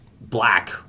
black